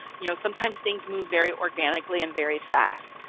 you know sometimes things move very organically and very fast.